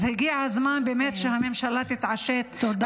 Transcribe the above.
אז הגיע הזמן באמת שהממשלה תתעשת -- תודה.